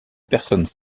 personne